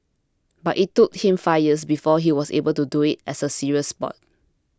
but it took him five years before he was able to do it as a serious sport